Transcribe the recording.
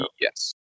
Yes